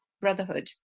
brotherhood